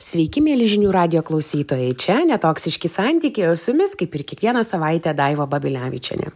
sveiki mieli žinių radijo klausytojai čia netoksiški santykiai su jumis kaip ir kiekvieną savaitę daiva babilevičienė